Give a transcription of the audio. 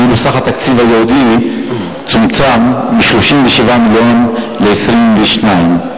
ואילו סך התקציב הייעודי צומצם מ-37 מיליון ל-22 מיליון.